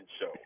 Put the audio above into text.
Show